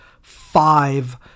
five